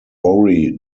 worry